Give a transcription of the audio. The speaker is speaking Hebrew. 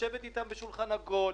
לשבת אתם בשולחן עגול,